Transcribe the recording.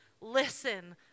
Listen